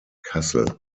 kassel